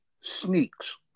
sneaks